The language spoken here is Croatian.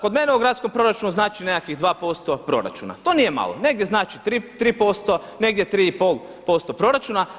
Kod mene u gradskom proračunu znači nekakvih 2% proračuna, to nije malo, negdje znači 3%, negdje 3,5% proračuna.